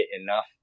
enough